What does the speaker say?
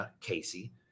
Casey